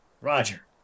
Roger